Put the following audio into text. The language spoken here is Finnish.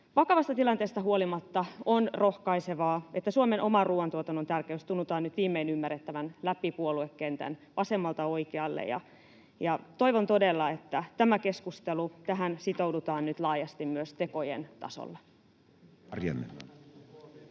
Vakavasta tilanteesta huolimatta on rohkaisevaa, että Suomen oman ruuantuotannon tärkeys tunnutaan nyt viimein ymmärrettävän läpi puoluekentän, vasemmalta oikealle. Toivon todella, että tähän keskusteluun sitoudutaan nyt laajasti myös tekojen tasolla. Edustaja